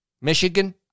Michigan